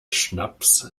schnaps